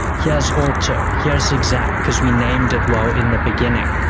here's auto, here's exact, cause we named it well in the beginning.